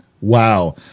Wow